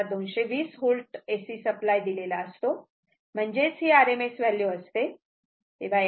जेव्हा 220 V AC supply दिलेला असतो म्हणजेच ही RMS व्हॅल्यू असते